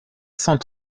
cent